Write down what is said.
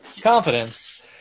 Confidence